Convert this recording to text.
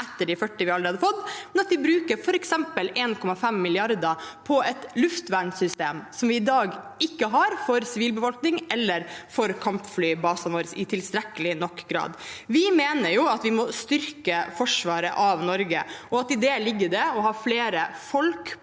etter de 40 vi allerede har fått, men at vi bruker f.eks. 1,5 mrd. kr på et luftvernsystem vi i dag ikke har for sivilbefolkningen eller kampflybasene våre i tilstrekkelig grad. Vi mener at vi må styrke forsvaret av Norge, og i det ligger det å ha flere folk på